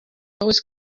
always